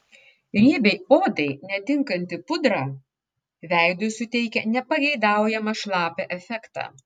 riebiai odai netinkanti pudra veidui suteikia nepageidaujamą šlapią efektą